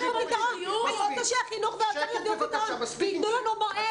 אני רוצה שהחינוך והאוצר יתנו לנו פתרון ויתנו לנו מועד.